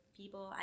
people